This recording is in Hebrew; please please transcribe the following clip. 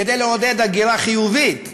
כדי לעודד הגירה חיובית לשדרות,